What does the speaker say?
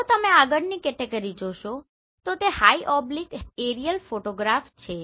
જો તમે આગળની કેટેગરી જોશો તો તે હાઈ ઓબ્લીક એરીઅલ ફોટોગ્રાફ છે